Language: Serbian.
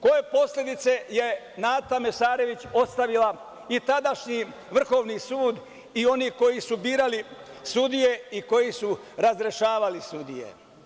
Koje posledice je Nata Mesarović ostavila i tadašnji Vrhovni sud i oni koji su birali sudije i koji su razrešavali sudije?